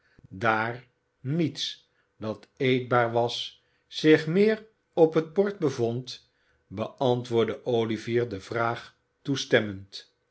daar niets dat eetbaar was zich meer op het bord bevond beantwoordde olivier de vraag toestemmend